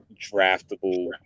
draftable